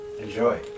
Enjoy